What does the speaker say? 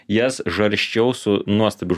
jas žarsčiau su nuostabiu